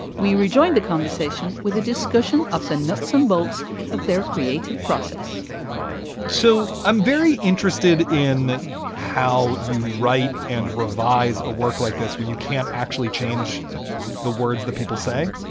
we rejoined the conversation with a discussion of the nuts and bolts of their creative process so i'm very interested in how you write and revise a work like this when you can't actually change the words that people say,